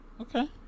Okay